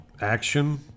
action